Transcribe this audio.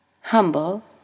humble